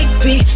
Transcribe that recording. Baby